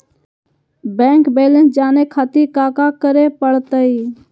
Bank balance जाने खातिर काका करे पड़तई?